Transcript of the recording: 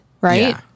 Right